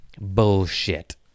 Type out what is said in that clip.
Bullshit